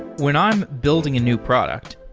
when i'm building a new product,